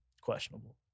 questionable